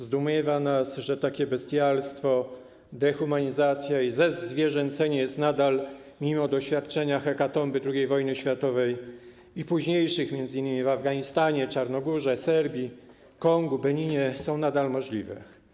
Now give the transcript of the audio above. Zdumiewa nas, że takie bestialstwo, dehumanizacja i zezwierzęcenie nadal, mimo doświadczenia hekatomby II wojny światowej i późniejszych wojen, m.in. w Afganistanie, Czarnogórze, Serbii, Kongu, Beninie, są możliwe.